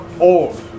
old